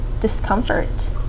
discomfort